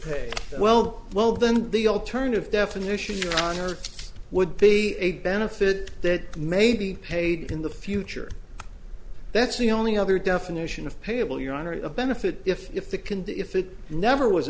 pay well well then the alternative definition your honor would be a benefit that maybe paid in the future that's the only other definition of payable you're on or a benefit if if the can do if it never was